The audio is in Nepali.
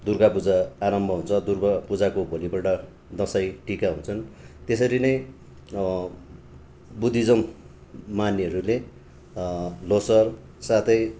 दुर्गा पूजा आरम्भ हुन्छ दुर्गा पूजाको भोलीपल्ट दसैँ टिका हुन्छन् त्यसरी नै बुद्धिजम मान्नेहरूले लोसार साथै